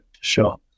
Sure